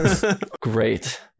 great